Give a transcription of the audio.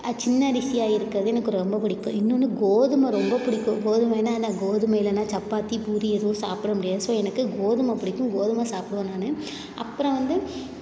அது சின்ன அரிசியாக இருக்கிறது எனக்கு ரொம்ப பிடிக்கும் இன்னொன்று கோதுமை ரொம்ப பிடிக்கும் கோதுமைன்னா என்ன கோதுமை இல்லைன்னா சப்பாத்தி பூரி எதுவும் சாப்பிட முடியாது ஸோ எனக்கு கோதுமை பிடிக்கும் கோதுமை சாப்பிடுவேன் நான் அப்புறம் வந்து